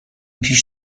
پیش